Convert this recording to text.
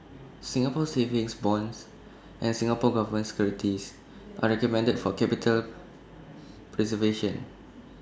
Singapore savings bonds and Singapore Government securities are recommended for capital preservation